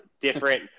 different